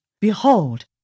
behold